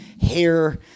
hair